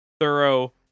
thorough